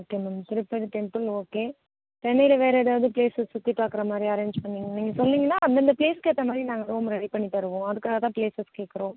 okay ma'am Tirupati temple okay சென்னையில் வேறு ஏதாவது பிளேசஸ் சுற்றி பார்க்குற மாதிரி அரேன்ஜ் பண்ணி நீங்கள் சொன்னிங்கனால் அந்தந்த பிளேஸ்க்கு ஏற்ற மாதிரி நாங்கள் ரூம் ரெடி பண்ணி தருவோம் அதுக்காகத்தான் பிளேஸஸ் கேட்குறோம்